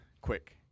Quick